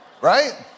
Right